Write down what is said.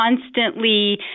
constantly